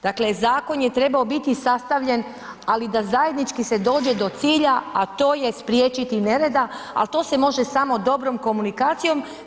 Dakle, zakon je trebao biti sastavljen, ali da zajednički se dođe do cilja, a to je spriječiti nereda, ali to se može samo dobrom komunikacijom.